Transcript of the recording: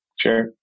Sure